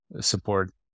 support